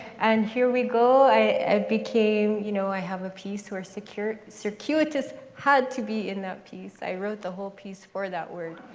and here we go. i became. you know i have a piece where circuitous had to be in that piece. i wrote the whole piece for that word.